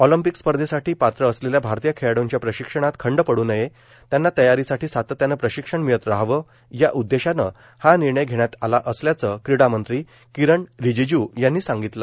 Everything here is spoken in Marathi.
ऑलिम्पिक स्पर्धेसाठी पात्र असलेल्या भारतीय खेळाडूंच्या प्रशिक्षणात खंड पड् नये त्यांना तयारीसाठी सातत्यानं प्रशिक्षण मिळत राहावं या उद्देशानं हा निर्णय घेण्यात आला असल्याचं क्रीडा मंत्री किरण रिजिज् यांनी सांगितलं